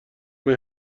محو